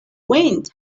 wind